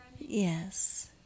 Yes